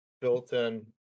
built-in